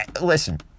listen